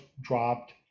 dropped